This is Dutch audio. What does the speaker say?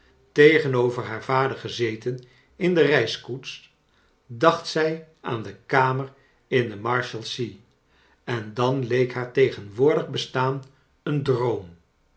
tegenover haar vader gezeten in de reiskoets dacht zij aan de kamer in de marshalsea en dan leek haar tegenwoordig bestaan een droom